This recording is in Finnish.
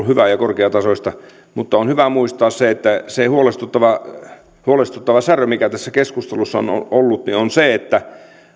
hyvää ja korkeatasoista mutta on hyvä muistaa että se huolestuttava särö mikä tässä keskustelussa on on ollut on se että